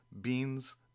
beans